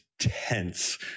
tense